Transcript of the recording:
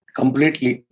completely